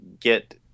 get